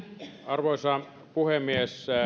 arvoisa puhemies